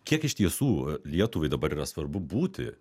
kiek iš tiesų lietuvai dabar yra svarbu būti